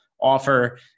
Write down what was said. offer